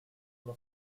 uno